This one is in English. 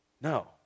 No